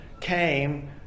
came